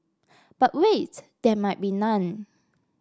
but wait there might be none